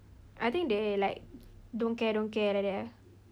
I think they like don't care don't care like that ah